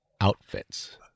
outfits